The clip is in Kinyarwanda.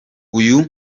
uyu